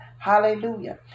Hallelujah